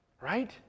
Right